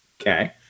okay